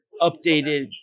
updated